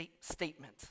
statement